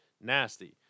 Nasty